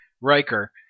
Riker